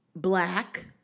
Black